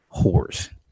whores